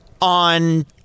on